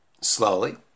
slowly